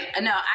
no